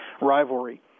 rivalry